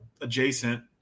adjacent